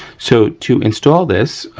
so, to install this,